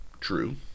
True